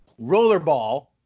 rollerball